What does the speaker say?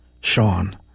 Sean